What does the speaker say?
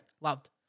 loved